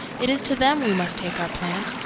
it is to them we must take our plant.